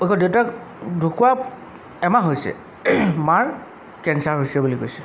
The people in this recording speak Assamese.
আকৌ দেউতাক ঢুকুৱা এমাহ হৈছে মাৰ কেঞ্চাৰ হৈছে বুলি কৈছে